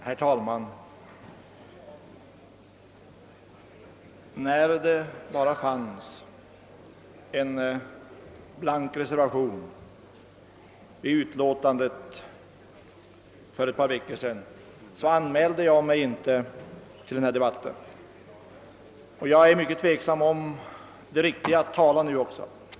Herr talman! När jag för ett par veckor sedan såg att det endast fanns en blank reservation till utlåtandet, anmälde jag inte mitt deltagande i denna debatt. Jag är även nu mycket tveksam om det riktiga i att tala.